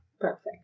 Perfect